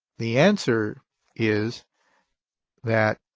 the answer is that,